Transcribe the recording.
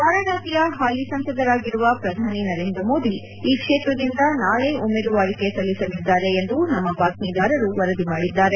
ವಾರಣಾಸಿಯ ಹಾಲಿ ಸಂಸದರಾಗಿರುವ ಪ್ರಧಾನಿ ನರೇಂದ್ರ ಮೋದಿ ಈ ಕ್ಷೇತ್ರದಿಂದ ನಾಳೆ ಉಮೇದುವಾರಿಕೆ ಸಲ್ಲಿಸಲಿದ್ದಾರೆ ಎಂದು ನಮ್ಮ ಬಾತ್ವೀದಾರರು ವರದಿ ಮಾಡಿದ್ದಾರೆ